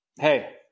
Hey